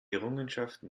errungenschaften